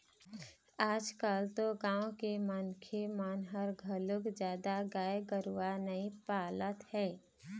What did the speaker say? आजकाल तो गाँव के मनखे मन ह घलोक जादा गाय गरूवा नइ पालत हे